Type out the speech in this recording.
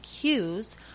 cues